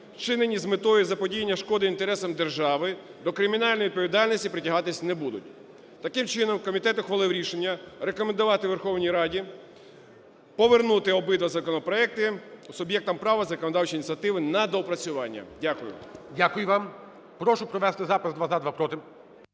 вчинені з метою заподіяння шкоди інтересам держави, до кримінальної відповідальності притягатись не будуть. Таким чином, комітет ухвалив рішення рекомендувати Верховній Раді повернути обидва законопроекти суб'єктам права законодавчої ініціативи на доопрацювання. Дякую. ГОЛОВУЮЧИЙ. Дякую вам. Прошу провести запис: два – за, два – проти.